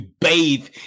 bathe